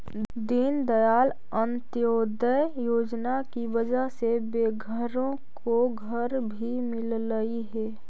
दीनदयाल अंत्योदय योजना की वजह से बेघरों को घर भी मिललई हे